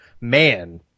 Man